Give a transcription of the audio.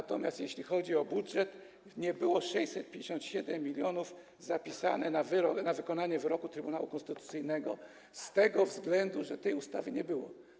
Natomiast jeśli chodzi o budżet, nie było 657 mln zapisane na wykonanie wyroku Trybunału Konstytucyjnego z tego względu, że tej ustawy nie było.